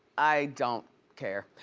i don't care.